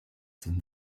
denn